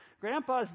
grandpa's